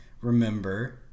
remember